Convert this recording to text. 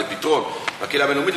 מהקהילה הבין-לאומית.